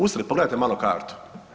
Usred, pogledajte malo kartu.